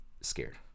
scared